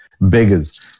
Beggars